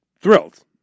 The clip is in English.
thrilled